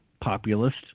populist